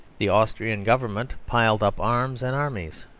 the austrian government piled up arms and armies,